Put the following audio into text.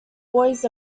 boys